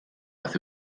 aeth